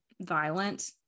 violent